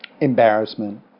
embarrassment